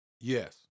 Yes